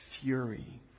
fury